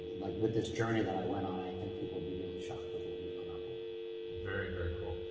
like with this journey that i went on i think people will be really shocked with what we've come up with very, very cool.